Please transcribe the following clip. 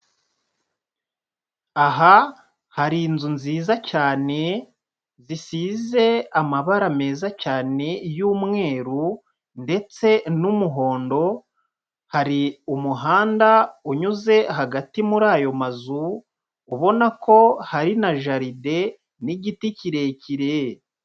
Aha hari inzu nziza cyane zisize amabara meza cyane y'umweru ndetse n'umuhondo, hari umuhanda unyuze hagati muri ayo mazu, ubona ko hari na jaride n'igiti kirekire.